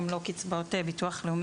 גם לא קצבאות ביטוח לאומי,